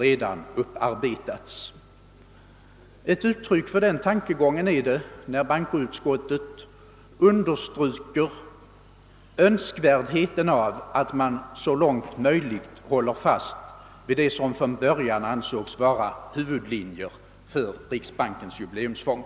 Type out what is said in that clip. Ett uttryck för den tankegången är det när bankoutskottet understryker önskvärdheten av att man så långt som möjligt håller fast vid det genom andra bidragsformer mindre väl tillgodosedda område som från början ansågs böra ges företräde inom riksbankens jubileumsfond.